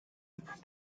its